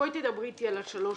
בואי תדברי אתי על ה-3,700.